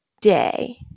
day